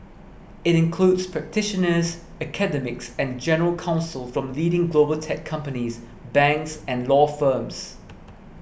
it includes practitioners academics and general counsel from leading global tech companies banks and law firms